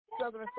Southern